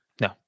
No